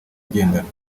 igendanwa